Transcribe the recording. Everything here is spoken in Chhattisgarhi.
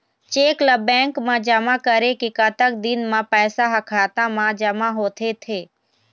चेक ला बैंक मा जमा करे के कतक दिन मा पैसा हा खाता मा जमा होथे थे?